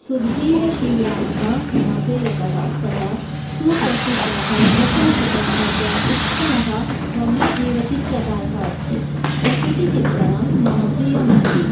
सुधीरशिवरामः मम प्रेरकः सः सो प्रसिद्धः प्रशंसितः च उत्तमः वन्यजीवचित्रकारः अस्ति प्रकृतिचित्रणं मम प्रियमस्ति